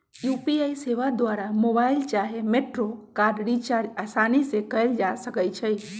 UPI सेवा द्वारा mobile चाहे मेट्रो कार्ड रिचार्ज असानी से कएल जा सकइ छइ